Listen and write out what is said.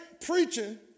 preaching